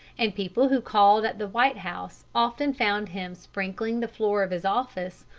and people who called at the white house often found him sprinkling the floor of his office,